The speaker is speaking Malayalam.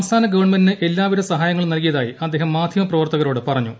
സംസ്ഥാന ഗവൺമെന്റിന് എല്ലാവിധ സഹായങ്ങളും നൽകിയതായി അദ്ദേഹം മാധ്യമ പ്രവർത്തകരോട് പറഞ്ഞു